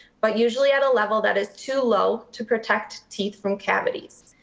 but usually at a level that is too low to protect teeth from cavities.